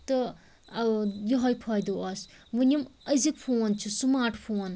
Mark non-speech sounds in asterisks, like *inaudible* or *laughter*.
تہٕ *unintelligible* یِہوٚے فٲیدٕ اوس وٕنہِ یِم أزِکۍ فون چھِ سٕماٹ فون